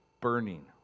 burning